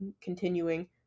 continuing